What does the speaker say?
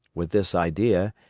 with this idea,